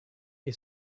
est